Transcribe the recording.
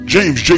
James